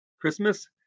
Christmas